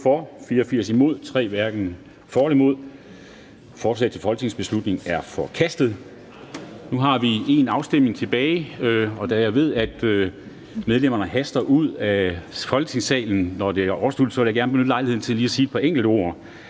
Nu har vi et punkt tilbage, og da jeg ved, at medlemmerne haster ud af Folketingssalen, når det er overstået, så vil jeg gerne benytte lejligheden til lige at sige et par enkelte ord.